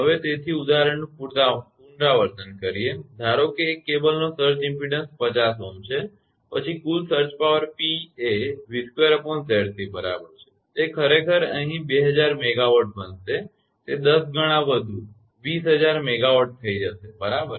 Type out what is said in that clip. હવે તેથી ઉદાહરણનું પુનરાવર્તન કરીએ ધારોકે એક કેબલનો સર્જ ઇમપેડન્સ 50 Ω છે પછી કુલ સર્જ પાવર P એ 𝑉2𝑍𝑐 બરાબર છે તે ખરેખર અહીં 2000 MW બનશે તે 10 ગણા વધુ 20000 MW થઈ જશે બરાબર